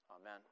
amen